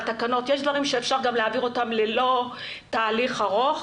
יש דברים שאפשר להעביר ללא תהליך ארוך,